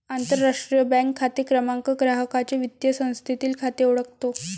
आंतरराष्ट्रीय बँक खाते क्रमांक ग्राहकाचे वित्तीय संस्थेतील खाते ओळखतो